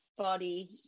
body